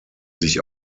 sich